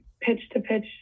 pitch-to-pitch